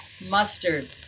mustard